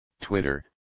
twitter